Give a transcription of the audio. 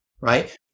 right